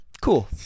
Cool